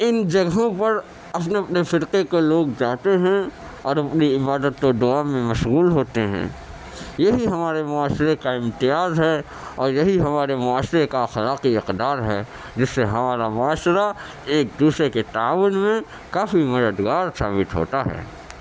ان جگہوں پر اپنے اپنے فرقے کے لوگ جاتے ہیں اور اپنی عبادت و دعا میں مشغول ہوتے ہیں یہی ہمارے معاشرے کا امتیاز ہے اور یہی ہمارے معاشرے کا اخلاقی اقدار ہے جس سے ہمارا معاشرہ ایک دوسرے کے تعاون میں کافی مددگار ثابت ہوتا ہے